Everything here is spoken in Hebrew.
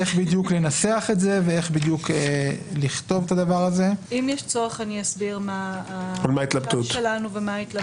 אם יש צורך אני אסביר מה ההתלבטויות שלנו.